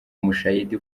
mushayidi